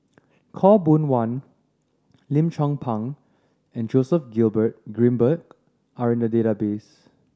Khaw Boon Wan Lim Chong Pang and Joseph Grimberg are in the database